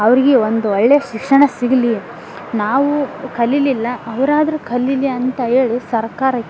ಅವರಿಗೆ ಒಂದು ಒಳ್ಳೆಯ ಶಿಕ್ಷಣ ಸಿಗಲಿ ನಾವು ಕಲಿಯಲಿಲ್ಲ ಅವರಾದ್ರು ಕಲಿಲಿ ಅಂತ ಹೇಳಿ ಸರ್ಕಾರ